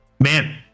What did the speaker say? man